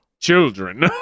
children